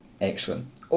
Excellent